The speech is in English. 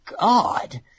God